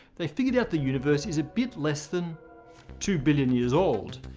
they figured that the universe is a bit less than two billion years old.